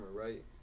right